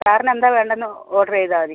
സാറിന് എന്താണ് വേണ്ടതെന്ന് ചെയ്താൽ മതി